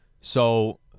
So-